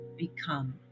Become